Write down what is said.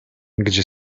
gdzie